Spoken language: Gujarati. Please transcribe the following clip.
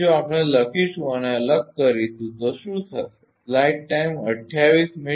તેથી જો આપણે લખીશું અને અલગ કરીશું તો શું થશે